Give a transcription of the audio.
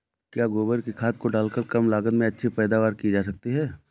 क्या गोबर की खाद को डालकर कम लागत में अच्छी पैदावारी की जा सकती है?